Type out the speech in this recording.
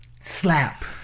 slap